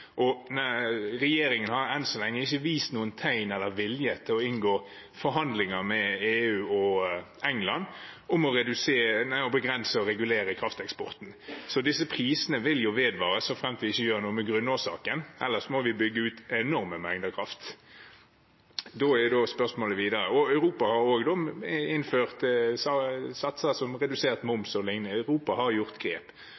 Regjeringen har enn så lenge ikke vist noen tegn eller vilje til å inngå forhandlinger med EU og England om å begrense og regulere krafteksporten. Disse prisene vil vedvare såframt vi ikke gjør noe med grunnårsaken, ellers må vi bygge ut enorme mengder kraft. Europa har også innført satser som redusert moms o.l., Europa har tatt grep. Da er spørsmålet videre: Har regjeringen planer om å gjøre flere grep som